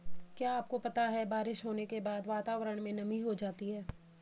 क्या आपको पता है बारिश होने के बाद वातावरण में नमी हो जाती है?